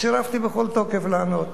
סירבתי בכל תוקף לענות.